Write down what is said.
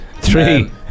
three